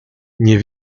nie